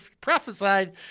prophesied